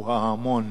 הוא ההמון,